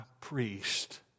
priest